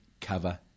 cover